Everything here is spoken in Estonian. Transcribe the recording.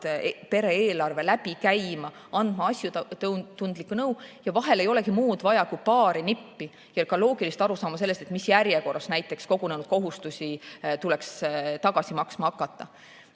pere-eelarve läbi käima, andma asjatundlikku nõu. Vahel ei olegi muud vaja kui paari nippi ja ka loogilist arusaama sellest, mis järjekorras näiteks kogunenud kohustusi tuleks tagasi maksma hakata.